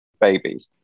baby